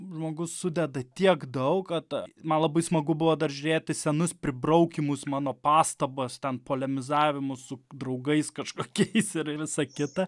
žmogus sudeda tiek daug kad man labai smagu buvo dar žiūrėti senus pribraukymus mano pastabas ten polemizavimu su draugais kažkokiais ir visa kita